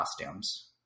Costumes